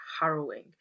harrowing